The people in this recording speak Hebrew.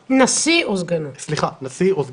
בלבד.